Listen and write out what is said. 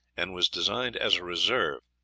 and was designed as a reserve,